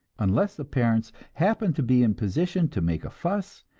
unless the parents happen to be in position to make a fuss,